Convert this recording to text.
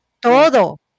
Todo